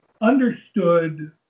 understood